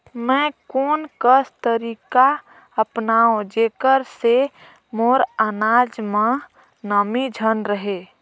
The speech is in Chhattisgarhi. मैं कोन कस तरीका अपनाओं जेकर से मोर अनाज म नमी झन रहे?